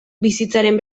bizitzaren